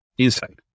inside